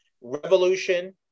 revolution